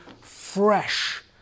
fresh